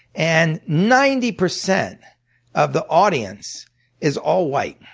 and ninety percent of the audience is all white,